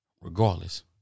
Regardless